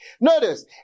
Notice